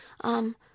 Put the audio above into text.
Um